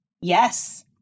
yes